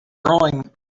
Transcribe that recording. growing